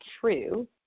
true